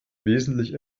wesentlich